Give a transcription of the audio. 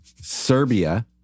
Serbia